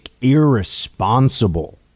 irresponsible